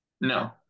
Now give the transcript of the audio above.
No